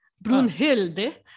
Brunhilde